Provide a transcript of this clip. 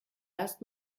erst